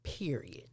Period